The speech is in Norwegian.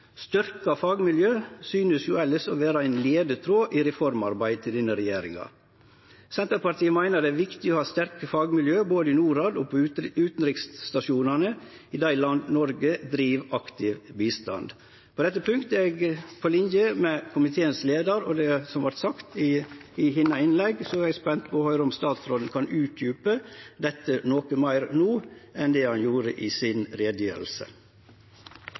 fagmiljø synest elles å vere ein leietråd i reformarbeidet til denne regjeringa. Senterpartiet meiner det er viktig å ha sterke fagmiljø både i Norad og på utanriksstasjonane i dei landa Noreg driv aktiv bistand. På dette punktet er eg på linje med leiaren av komiteen og med det som vart sagt i innlegget hennar, så eg er spent på å høyre om statsråden no kan utdjupe dette noko meir enn det han gjorde i